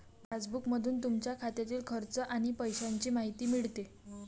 पासबुकमधून तुमच्या खात्यातील खर्च आणि पैशांची माहिती मिळते